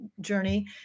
journey